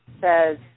says